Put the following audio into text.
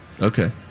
Okay